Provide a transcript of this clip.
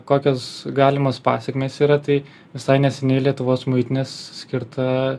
kokios galimos pasekmės yra tai visai neseniai lietuvos muitinės skirta